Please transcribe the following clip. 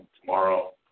tomorrow